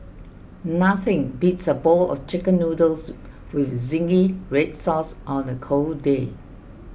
nothing beats a bowl of Chicken Noodles with Zingy Red Sauce on a cold day